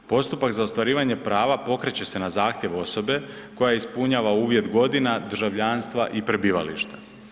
Postupak za ostvarivanje prava pokreće se na zahtjev osobe koja ispunjava uvjet godina, državljanstva i prebivališta.